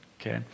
Okay